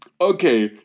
Okay